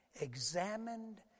examined